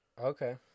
Okay